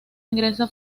ingresa